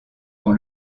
dans